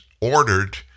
ordered